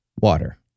water